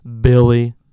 Billy